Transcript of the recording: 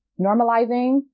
normalizing